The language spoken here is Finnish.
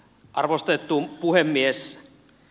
arvostettu puhemies